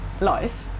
life